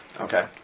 Okay